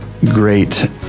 great